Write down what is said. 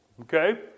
okay